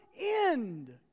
end